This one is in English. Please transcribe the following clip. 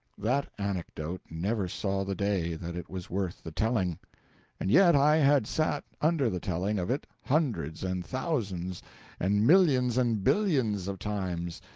that anecdote never saw the day that it was worth the telling and yet i had sat under the telling of it hundreds and thousands and millions and billions of times,